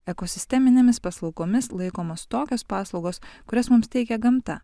ekosisteminėmis paslaugomis laikomos tokios paslaugos kurias mums teikia gamta